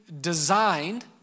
designed